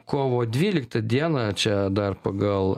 kovo dvyliktą dieną čia dar pagal